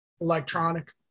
Electronic